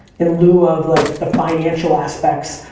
in lieu of like the financial aspects.